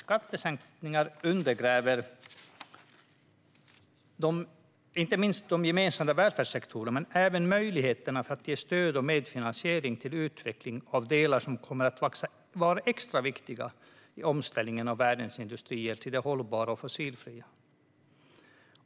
Skattesänkningar undergräver inte minst de gemensamma välfärdssektorerna men även möjligheterna för att ge stöd och medfinansiering till utveckling av de delar som kommer att vara extra viktiga i omställningen av världens industrier till det hållbara och fossilfria.